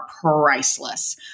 priceless